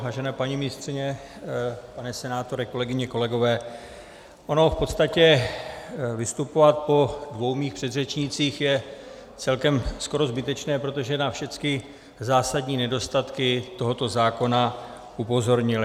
Vážené paní ministryně, pane senátore, kolegyně, kolegové, v podstatě vystupovat po dvou mých předřečnících je celkem skoro zbytečné, protože na všechny zásadní nedostatky tohoto zákona upozornili.